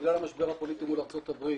בגלל המשבר הפוליטי מול ארצות-הברית